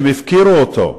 הם הפקירו אותו,